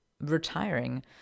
retiring